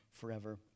forever